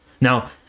now